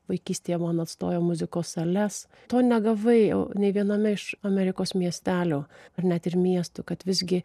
vaikystėje man atstojo muzikos sales to negavai nei viename iš amerikos miestelių ar net ir miestų kad visgi